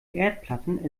erdplatten